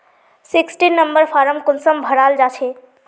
Sixteen number form कुंसम भराल जाछे?